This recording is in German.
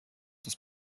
des